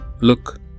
Look